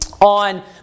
on